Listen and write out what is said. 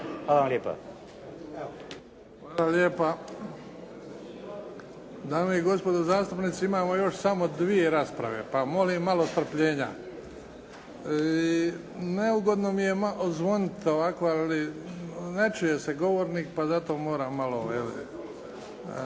Luka (HDZ)** Hvala lijepa. Dame i gospodo zastupnici imamo još samo dvije rasprave pa molim malo strpljenja. Neugodno mi je zvoniti ovako ali ne čuje se govornik pa zato moram malo.